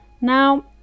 Now